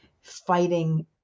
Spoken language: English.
fighting